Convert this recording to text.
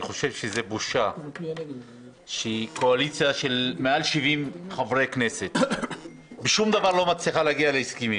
אני חושב שזאת בושה שקואליציה מעל 72 חברי כנסת לא מצליחה להגיע להסכמים